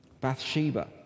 Bathsheba